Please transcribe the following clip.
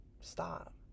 stop